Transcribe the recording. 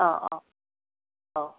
अ अ अ